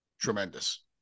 Tremendous